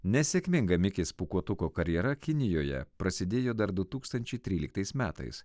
nesėkminga mikės pūkuotuko karjera kinijoje prasidėjo dar du tūkstančiai tryliktais metais